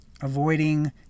Avoiding